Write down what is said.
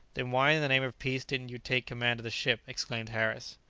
then why in the name of peace didn't you take command of the ship? exclaimed harris.